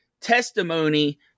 testimony